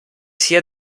sia